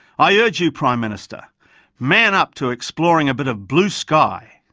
i urge you prime minister man up to exploring a bit of blue sky.